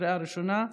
לקריאה הראשונה.